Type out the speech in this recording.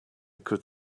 could